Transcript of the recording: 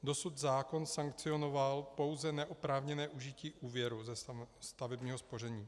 Dosud zákon sankcionoval pouze neoprávněné užití úvěru ze stavebního spoření.